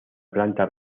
planta